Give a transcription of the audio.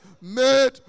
made